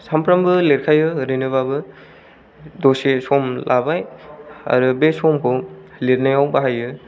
सामफ्रामबो लिरखायो ओरैनोबाबो दसे सम लाबाय आरो बे समखौ लिरनायाव बाहायो